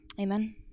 Amen